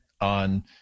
on